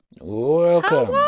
Welcome